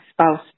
spouse